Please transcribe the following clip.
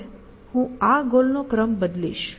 હવે હું આ ગોલનો ક્રમ બદલીશ